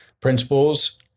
principles